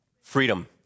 freedom